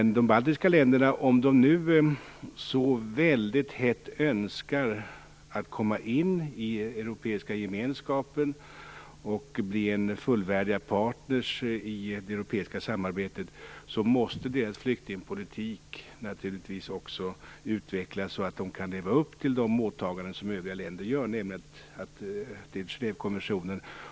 När nu de baltiska länderna så väldigt hett önskar att få komma in i den europeiska gemenskapen och bli fullvärdiga partner i det europeiska samarbetet, måste naturligtvis deras flyktingpolitik också utvecklas så att de i likhet med övriga länder kan leva upp till åtagandena enligt Genèvekonventionen.